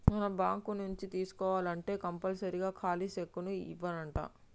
మనం బాంకు నుంచి తీసుకోవాల్నంటే కంపల్సరీగా ఖాలీ సెక్కును ఇవ్యానంటా